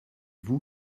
vous